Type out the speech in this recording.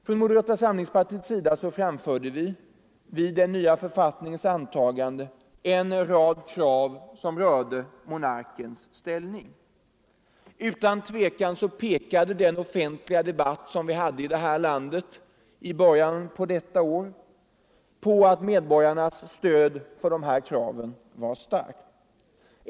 Från moderata samlingspartiet framförde vi vid den nya författningens antagande en rad krav som berörde monarkens ställning. Utan tvivel pekade den offentliga debatt som fördes i vårt land i början av detta år på att medborgarnas stöd för dessa krav var starkt.